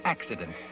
accident